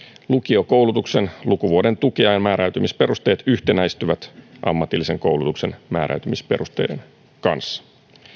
lukiokoulutuksen lukuvuoden tukiajan määräytymisperusteet yhtenäistyvät ammatillisen koulutuksen määräytymisperusteiden kanssa